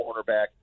cornerback